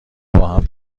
باهم